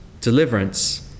deliverance